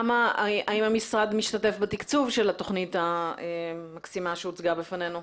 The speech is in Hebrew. האם המשרד משתתף בתקצוב של התוכנית המקסימה שהוצגה בפנינו?